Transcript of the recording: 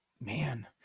man